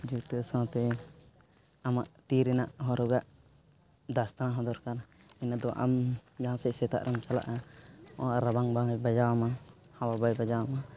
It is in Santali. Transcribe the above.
ᱡᱩᱛᱳ ᱥᱟᱶᱛᱮ ᱟᱢᱟᱜ ᱛᱤ ᱨᱮᱱᱟᱜ ᱦᱚᱨᱚᱜᱟᱜ ᱫᱚᱥᱛᱟᱦᱚᱸ ᱫᱚᱨᱠᱟᱨ ᱤᱱᱟᱹᱫᱚ ᱟᱢ ᱡᱟᱦᱟᱸ ᱥᱮᱫ ᱥᱮᱛᱟᱜ ᱨᱮᱢ ᱪᱟᱞᱟᱜᱼᱟ ᱚᱱᱟ ᱨᱟᱵᱟᱝ ᱵᱟᱝ ᱵᱟᱡᱟᱣ ᱟᱢᱟ ᱦᱟᱣᱟ ᱵᱟᱭ ᱵᱟᱡᱟᱣ ᱟᱢᱟ